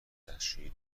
دستشویی